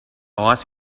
ice